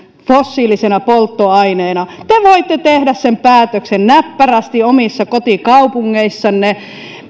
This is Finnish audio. fossiilisena polttoaineena te voitte tehdä sen päätöksen näppärästi omissa kotikaupungeissanne